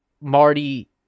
Marty